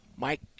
Mike